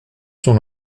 son